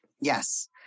Yes